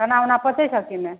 खाना उना पचै छऽ कि नहि